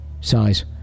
size